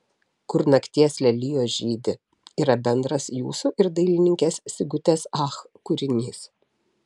kur nakties lelijos žydi yra bendras jūsų ir dailininkės sigutės ach kūrinys